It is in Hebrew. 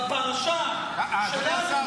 בפרשה שלנו,